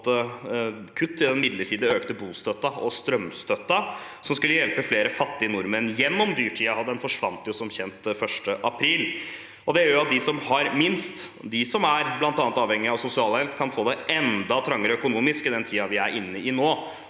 kutt i den midlertidig økte bostøtten og strømstøtten som skulle hjelpe flere fattige nordmenn gjennom dyrtiden, og den forsvant jo som kjent 1. april. Det gjør at de som har minst, de som bl.a. er avhengige av sosialhjelp, kan få det enda trangere økonomisk i tiden vi er inne i nå.